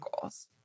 goals